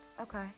Okay